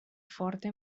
forta